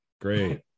Great